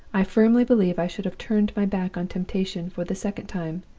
i firmly believe i should have turned my back on temptation for the second time,